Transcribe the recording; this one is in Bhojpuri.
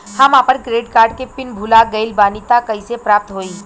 हम आपन क्रेडिट कार्ड के पिन भुला गइल बानी त कइसे प्राप्त होई?